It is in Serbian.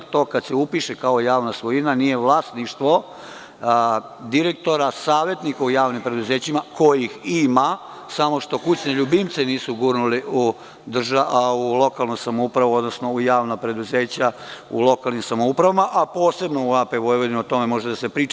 To kad se upiše kao javna svojina nije vlasništvo direktora, savetnika u javnim preduzećima kojih ima koji samo što kućne ljubimce nisu gurnuli u lokalnu samoupravu, odnosno u javna preduzeća u lokalnim samoupravama, a posebno u AP Vojvodini i o tome može da se priča.